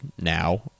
now